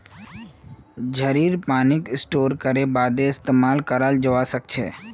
झड़ीर पानीक स्टोर करे बादे इस्तेमाल कराल जबा सखछे